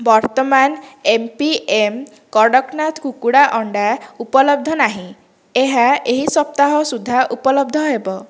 ବର୍ତ୍ତମାନ M P M Kadaknath କୁକୁଡ଼ା ଅଣ୍ଡା ଉପଲବ୍ଧ ନାହିଁ ଏହା ଏହି ସପ୍ତାହ ସୁଦ୍ଧା ଉପଲବ୍ଧ ହେବ